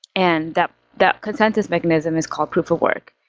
and that that consensus mechanism is called proof of work.